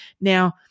Now-